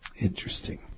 Interesting